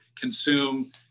consume